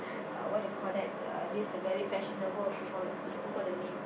uh what you call that uh this very fashionable call I forgot the name